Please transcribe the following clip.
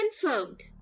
Confirmed